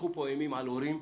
הילכו פה אימים על הורים,